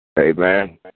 Amen